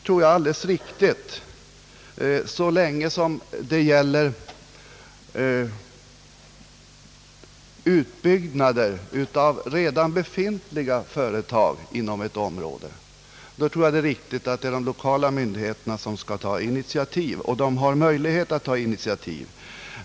När det gäller utbyggnad av redan befintliga företag inom ett område tror jag att det är riktigt att de lokala myndigheterna tar initiativ, och de har ju möjligheter att ta initiativ.